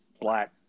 black